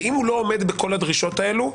ואם הוא לא עומד בכל הדרישות האלו,